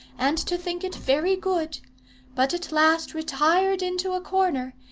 and to think it very good but at last retired into a corner,